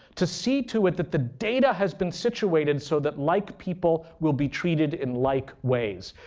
to see to it that the data has been situated so that like people will be treated in like ways.